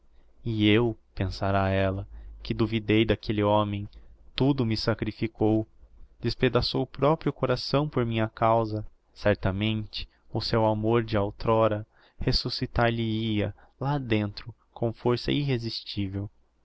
e eu pensará ella que duvidei d'aquelle homem tudo me sacrificou despedaçou o proprio coração por minha causa certamente o seu amor de outr'óra resuscitar lhe hia lá dentro com força irresistivel